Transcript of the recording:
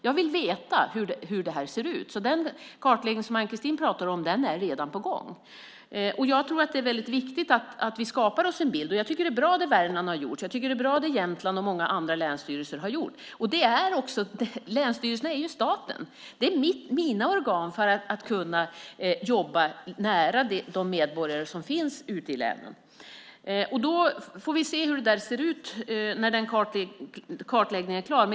Jag vill veta hur det här ser ut. Den kartläggning som Ann-Kristine pratar om är redan på gång. Det är väldigt viktigt att vi skapar oss en bild. Det länsstyrelserna i Värmland, Jämtland och många andra län har gjort är bra. Länsstyrelserna är staten. Det är mina organ för att kunna jobba nära de medborgare som finns ute i länen. Vi får se hur det där ser ut när kartläggningen är klar.